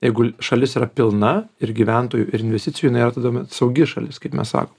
jeigu šalis yra pilna ir gyventojų ir investicijų jinai yra tada saugi šalis kaip mes sakom